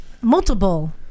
multiple